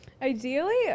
Ideally